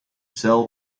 sell